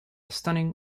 stunning